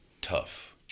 tough